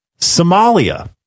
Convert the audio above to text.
Somalia